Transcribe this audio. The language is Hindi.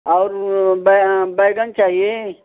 और वह बे बेंगन चाहिए